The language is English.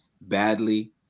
badly